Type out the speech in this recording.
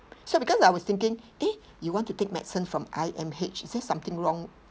so because I was thinking eh you want to take medicine from I_M_H is there something wrong